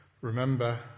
remember